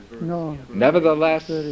Nevertheless